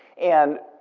and,